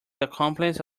accomplice